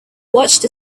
watched